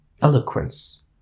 eloquence